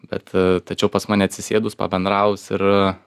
bet tačiau pas mane atsisėdus pabendravus ir